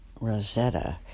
Rosetta